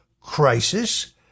crisis